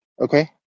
Okay